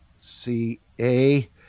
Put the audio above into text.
C-A